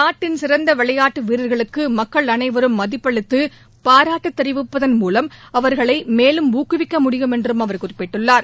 நாட்டின் சிறந்த விளையாட்டு வீரர்களுக்கு மக்கள் அனைவரும் மதிப்பளித்து பாராட்டு தெரிவிப்பதன் மூலம் அவர்களை மேலும் ஊக்குவிக்க முடியும் என்று அவர் குறிப்பிட்டுள்ளார்